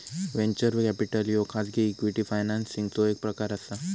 venture capital ह्यो खाजगी equity फायनान्सिंगचो एक प्रकार असा